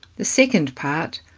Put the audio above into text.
the second part,